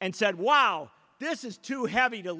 and said wow this is too heavy to